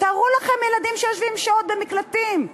תארו לכם ילדים שיושבים שעות במקלטים.